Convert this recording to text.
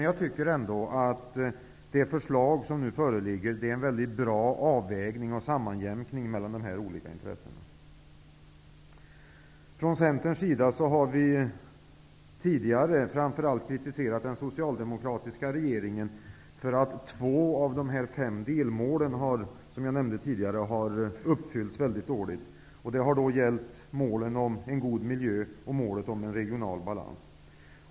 Jag tycker ändå att det förslag som nu föreligger är en bra avvägning och sammanjämkning mellan de olika intressena. Från Centerns sida har vi tidigare framför allt kritiserat den socialdemokratiska regeringen för att två av dessa fem delmål har uppfyllts väldigt dåligt. Det har gällt målen om god miljö och regional balans.